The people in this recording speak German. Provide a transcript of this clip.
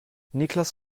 niklas